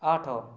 ଆଠ